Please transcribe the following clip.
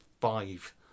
five